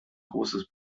großes